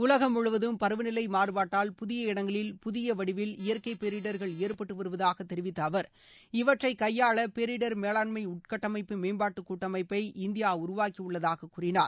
உலகம் முழுவதும் பருவநிலை மாறுபாட்டால் புதிய இடங்களில் புதிய வடிவில் இயற்கைப் பேரிடர்கள் ஏற்பட்டு வருவதாக தெரிவித்த அவர் இவற்றைக் கையாள பேரிடர் மேலாண்மை உள்கட்டமைப்பு மேம்பாட்டு கூட்டமைப்பை இந்தியா உருவாக்கியுள்ளதாக கூறினார்